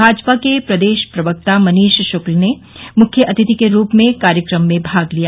भाजपा के प्रदेश प्रवक्ता मनीष शुक्ल ने मुख्य अतिथि के रूप में कार्यक्रम में भाग लिया